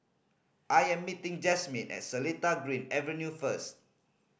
I am meeting Jasmine at Seletar Green Avenue first